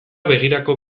begirako